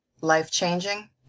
life-changing